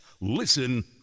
Listen